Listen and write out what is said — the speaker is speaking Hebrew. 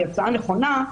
היא הצעה נכונה,